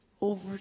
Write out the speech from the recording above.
over